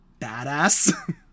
badass